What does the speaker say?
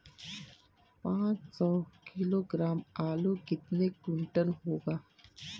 पाँच सौ किलोग्राम आलू कितने क्विंटल होगा?